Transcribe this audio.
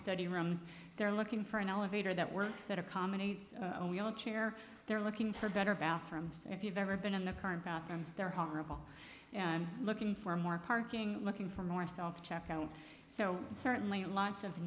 study rooms they're looking for an elevator that works that accommodates wheelchair they're looking for better bathrooms if you've ever been in the current bathrooms they're horrible looking for more parking looking for more self check out so certainly lots of